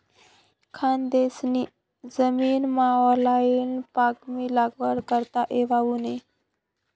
खानदेशनी जमीनमाऑईल पामनी लागवड करता येवावू नै